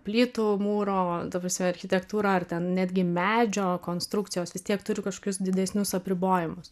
plytų mūro ta prasme architektūra ar ten netgi medžio konstrukcijos vis tiek turi kažkokius didesnius apribojimus